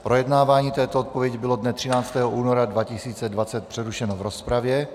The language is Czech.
Projednávání této odpovědi bylo dne 13. února 2020 přerušeno v rozpravě.